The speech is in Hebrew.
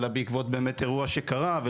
אלא בעקבות אירוע שקרה.